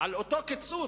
על אותו קיצוץ.